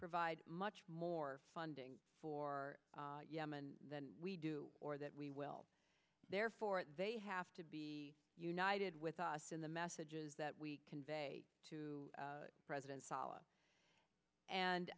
provide much more funding for yemen than we do or that we will therefore they have to be united with us in the messages that we convey to president saleh and